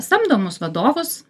samdomus vadovus